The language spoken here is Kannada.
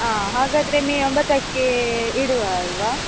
ಹಾಂ ಹಾಗಾದರೆ ಮೇ ಒಂಬತ್ತಕ್ಕೆ ಇಡುವ ಅಲ್ಲವಾ